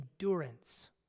endurance